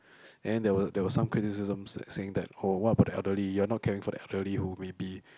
and then there were there were some criticisms like saying that oh what about the elderly you are not caring for the elderly who may be